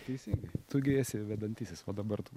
teisingai tu gi esi vedantysis va dabar tu